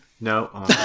No